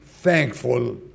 thankful